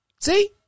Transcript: See